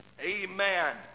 amen